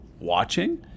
watching